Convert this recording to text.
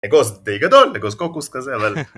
אגוז די גדול, אגוז קוקוס כזה אבל...